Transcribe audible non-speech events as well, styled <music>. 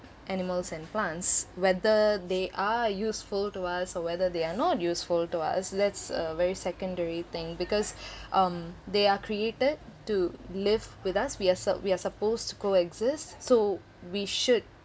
animals and plants whether they are useful to us or whether they are not useful to us that's uh very secondary thing because <breath> um they are created to live with us we are su~ we're supposed to co-exist so we should